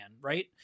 right